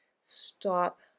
Stop